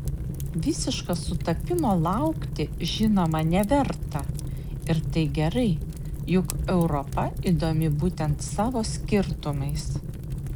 visiško sutapimo laukti žinoma neverta ir tai gerai juk europa įdomi būtent savo skirtumais